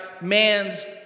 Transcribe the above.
man's